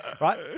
Right